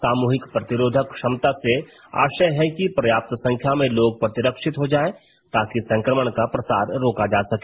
सामूहिक प्रतिरोधक क्षमता से आशय है कि पर्याप्त संख्या में लोग प्रतिरक्षित हो जायें ताकि संक्रमण का प्रसार रोका जा सके